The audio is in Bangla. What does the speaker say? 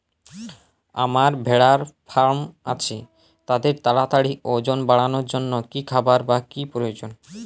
আমার ভেড়ার ফার্ম আছে তাদের তাড়াতাড়ি ওজন বাড়ানোর জন্য কী খাবার বা কী প্রয়োজন?